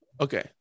okay